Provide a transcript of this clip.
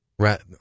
Right